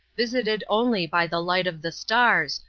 visited only by the light of the stars,